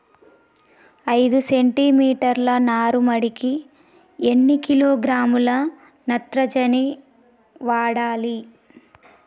ఐదు సెంటి మీటర్ల నారుమడికి ఎన్ని కిలోగ్రాముల నత్రజని వాడాలి?